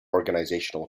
organizational